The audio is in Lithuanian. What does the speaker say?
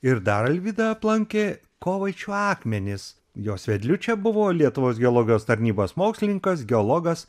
ir dar alvyda aplankė kovaičių akmenis jos vedliu čia buvo lietuvos geologijos tarnybos mokslininkas geologas